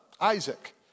Isaac